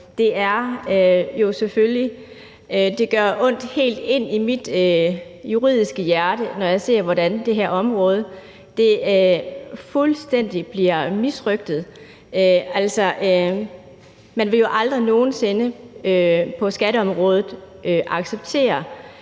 det gør ondt helt ind i mit juridiske hjerte, når jeg ser, hvordan det her område bliver fuldstændig misrøgtet. Altså, man vil jo aldrig nogen sinde på skatteområdet acceptere,